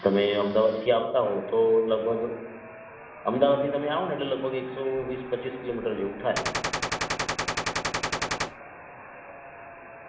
તમે અમદાવાદથી આવતા હો તો લગભગ અમદાવાદથી તમે આવોને તો લગભગ એકસો વીસ પચીસ કિલોમીટર જેવું થાય